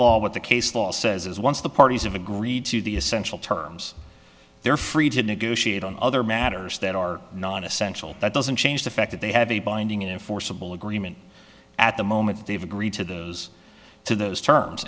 law but the case law says once the parties have agreed to the essential terms they are free to negotiate on other matters that are non essential that doesn't change the fact that they have a binding enforceable agreement at the moment they've agreed to those to those terms